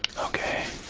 okay.